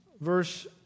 verse